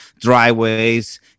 driveways